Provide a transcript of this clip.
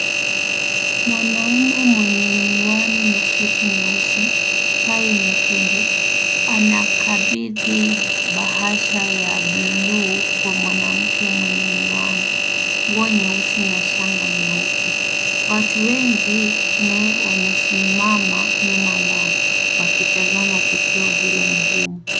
Mwanamume mwenye miwani na suti nyeusi, tai nyekundu anakabidhi bahasha ya bluu kwa mwanamke mwenye miwani, nguo nyeusi na shanga nyeupe. Watu wengi naye wamesimama nyuma yao wakitazama tukio hilo muhimu.